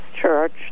Church